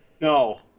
No